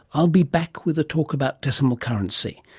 i'll be back with a talk about decimal currency,